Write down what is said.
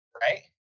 right